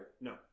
No